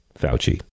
Fauci